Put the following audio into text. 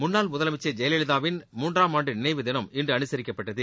முன்னாள் முதலமைச்சர் ஜெயலலிதாவின் மூன்றாம் இன்று ஆண்டு நினைவு தினம் அனுசரிக்கப்பட்டது